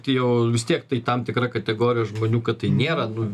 jau vis tiek tai tam tikra kategorija žmonių kad tai nėra nu